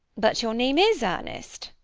but your name is ernest.